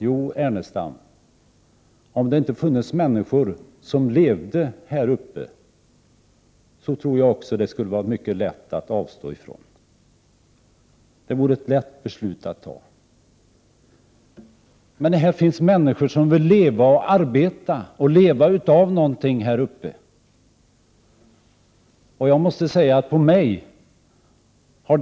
Jo, Ernestam, om det inte funnits människor som levde här uppe tror jag också att det skulle ha varit mycket lätt att avstå från att avverka dessa skogar. Det beslutet hade då varit lätt att fatta. Men det finns människor som vill leva och arbeta här, människor som behöver leva av någonting.